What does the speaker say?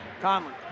Conley